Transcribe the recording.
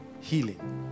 healing